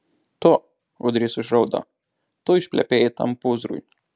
tu ūdrys išraudo tu išplepėjai tam pūzrui